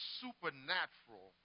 supernatural